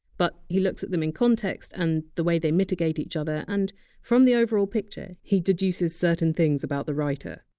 but he looks at them in context and the way they mitigate each other and from the overall picture, he deduces certain things about the writer.